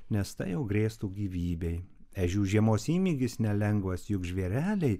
nes tai jau grėstų gyvybei ežių žiemos įmygis nelengvas juk žvėreliai